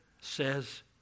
says